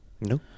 No